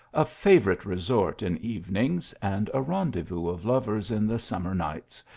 a favourite resort in evenings, and a rendezvous of lovers in the summer nights,